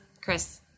Chris